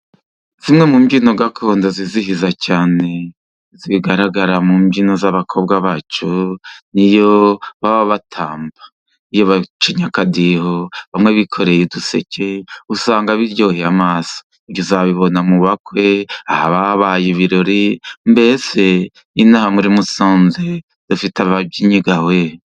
Zimwe mu mbyino gakondo zizihiza cyane, zigaragara mu mbyino z'abakobwa bacu, ni iyo baba batamba. iyo bacinya akadiho bamwe bikoreye uduseke, usanga biryoheye, uzabibona mu bakwe, ahabaye ibirori, mbese ino muri Musanze dufite ababyinnyi ga we!